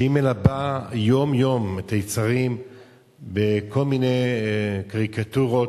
שהיא מלבה יום-יום את היצרים בכל מיני קריקטורות,